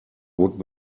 would